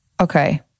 okay